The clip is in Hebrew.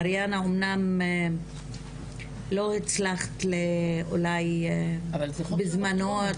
מריאנה אמנם לא הצלחת אולי בזמנו,